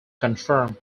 confirmed